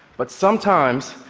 but sometimes,